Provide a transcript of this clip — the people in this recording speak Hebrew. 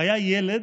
הייתי ילד